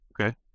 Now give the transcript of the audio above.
Okay